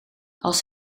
als